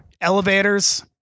elevators